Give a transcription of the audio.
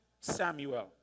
Samuel